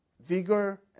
vigor